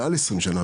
מעל 20 שנה.